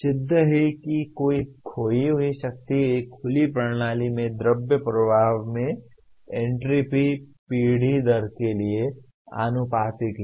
सिद्ध है कि कम लागत खोई हुई शक्ति एक खुली प्रणाली में द्रव प्रवाह में एन्ट्रापी पीढ़ी दर के लिए आनुपातिक है